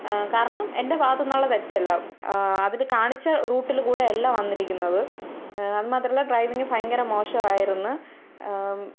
കാരണം എൻ്റെ ഭാഗത്തു നിന്നുള്ള തെറ്റല്ല അതിൽ കാണിച്ച റൂട്ടിൽക്കൂടെ അല്ല വന്നിരിക്കുന്നത് അതുമാത്രമല്ല ഡ്രൈവിങ്ങ് ഭയങ്കര മോശമായിരുന്നു